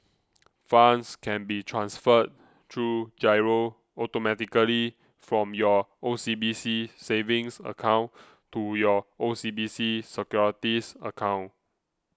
funds can be transferred through Giro automatically from your O C B C savings account to your O C B C securities account